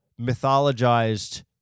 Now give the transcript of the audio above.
mythologized